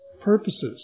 purposes